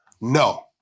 No